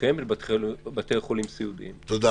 שקיימת בבתי חולים סיעודיים אולי.